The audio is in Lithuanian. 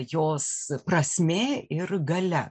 jos prasmė ir galia